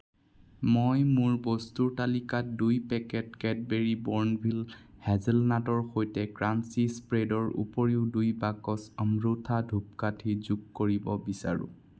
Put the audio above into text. মই মোৰ বস্তুৰ তালিকাত দুই পেকেট কেডবেৰী বৰ্ণভিল হেজেলনাটৰ সৈতে ক্ৰাঞ্চি স্প্ৰেডৰ উপৰিও দুই বাকচ অম্ৰুথা ধূপকাঠি যোগ কৰিব বিচাৰোঁ